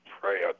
prayer